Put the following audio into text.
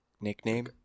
nickname